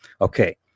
Okay